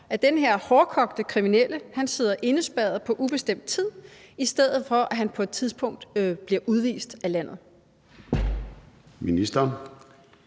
at den her hårdkogte kriminelle sidder indespærret på ubestemt tid, i stedet for at han på et tidspunkt bliver udvist af landet? Kl.